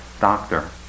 doctor